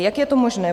Jak je to možné?